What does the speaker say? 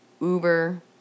Uber